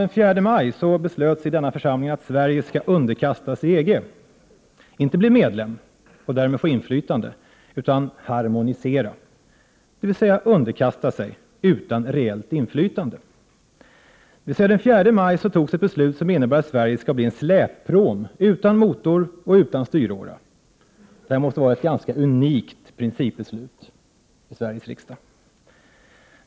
Den 4 maj beslöts i denna kammare att Sverige skall underkasta sig EG, inte bli medlem och därmed få inflytande, utan att harmonisera, dvs. underkasta sig EG:s regler utan att samtidigt få reellt inflytande. Den 4 maj fattades alltså ett beslut som innebär att Sverige skall bli en släppråm utan motor och utan styråra. Det måste vara ett ganska unikt principbeslut i Sveriges riksdag!